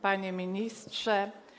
Panie Ministrze!